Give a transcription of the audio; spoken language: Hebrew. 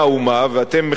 ואתם מחזקים,